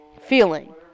feeling